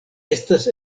estas